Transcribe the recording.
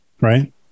right